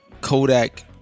Kodak